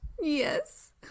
Yes